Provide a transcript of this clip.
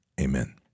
Amen